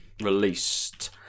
released